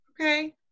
okay